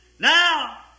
Now